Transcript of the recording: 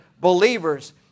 believers